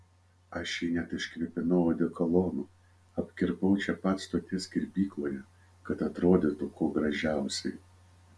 aš jį net iškvėpinau odekolonu apkirpau čia pat stoties kirpykloje kad atrodytų kuo gražiausiai